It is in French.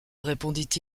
répondit